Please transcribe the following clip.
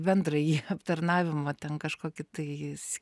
bendrąjį aptarnavimą ten kažkokį tai jis